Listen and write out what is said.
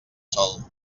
sol